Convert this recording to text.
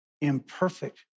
imperfect